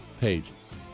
pages